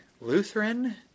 Lutheran